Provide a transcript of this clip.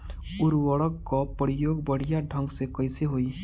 उर्वरक क प्रयोग बढ़िया ढंग से कईसे होई?